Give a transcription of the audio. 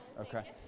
Okay